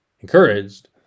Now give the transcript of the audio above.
encouraged